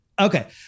Okay